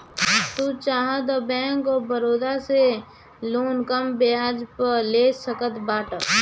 तू चाहअ तअ बैंक ऑफ़ बड़ोदा से लोन कम बियाज पअ ले सकत बाटअ